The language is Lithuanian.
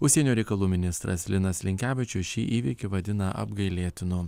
užsienio reikalų ministras linas linkevičius šį įvykį vadina apgailėtinu